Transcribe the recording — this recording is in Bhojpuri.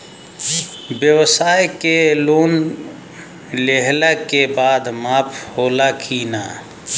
ब्यवसाय के लोन लेहला के बाद माफ़ होला की ना?